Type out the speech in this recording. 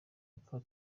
apfa